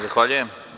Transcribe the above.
Zahvaljujem.